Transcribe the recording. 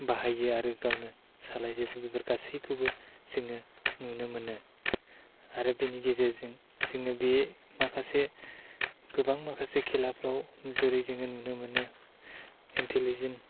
बाहायो आरो गावनो सालायजोबो बेफोर गासिखौबो जोङो नुनो मोनो आरो बेनि गेजेरजों जोङो बे माखासे गोबां माखासे खेलाफ्राव जेरै जोङो नुनो मोनो इन्टिलिजेन